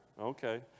Okay